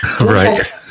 right